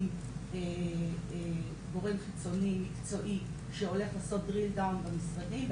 עם גורם חיצוני מקצועי שהולך לעשות דריל-דאון במשרדים,